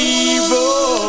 evil